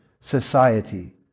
society